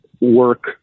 work